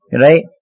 Right